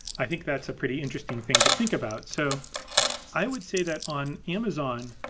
i think that's a pretty interesting thing to think about. so i would say that on amazon,